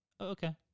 Okay